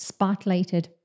spotlighted